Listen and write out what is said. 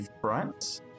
front